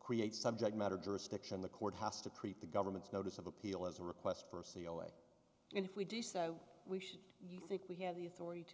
create subject matter jurisdiction the court has to create the government's notice of appeal as a request for a c e o way and if we decide we should you think we have the authority to